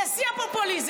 זה שיא הפופוליזם,